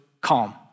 calm